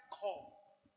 call